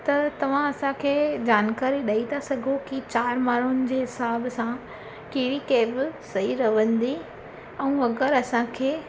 त तव्हां असांखे जानकारी ॾेई था सघो की चारि माण्हुनि जे हिसाब सां कहिड़ी कैब सही रहंदी ऐं अगरि असांखे